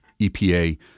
EPA